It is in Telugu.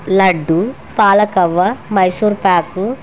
లడ్డు పాలకోవా మైసూర్పాకు